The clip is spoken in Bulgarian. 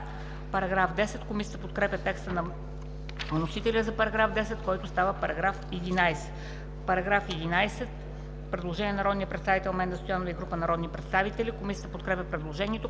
промяната“. Комисията подкрепя текста на вносителя за § 10, който става § 11. Параграф 11. Предложение на народния представител Менда Стоянова и група народни представители. Комисията подкрепя предложението.